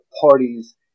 parties